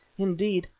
indeed,